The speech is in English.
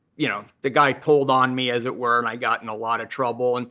you know, the guy told on me, as it were and i got in a lot of trouble. and